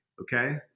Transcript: Okay